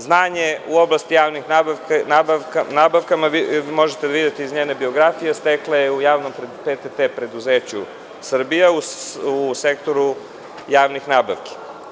Znanje u oblasti javnih nabavki možete videti iz njene biografije i stekla ga je u Javnom preduzeću PTT Srbija u sektoru javnih nabavki.